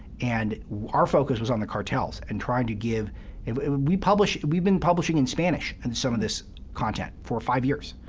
and our focus was on the cartels and trying to give we publish we've been publishing in spanish and some of this content for five years,